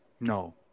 No